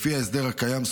לפי ההסדר הקיים,